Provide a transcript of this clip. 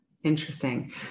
Interesting